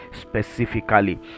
specifically